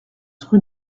rue